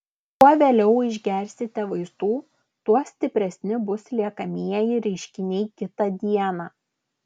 kuo vėliau išgersite vaistų tuo stipresni bus liekamieji reiškiniai kitą dieną